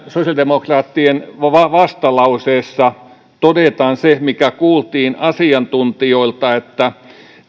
sosiaalidemokraattien vastalauseessa todetaan se mikä kuultiin asiantuntijoilta että